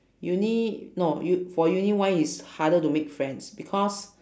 uni no u~ for uni why is harder to make friend because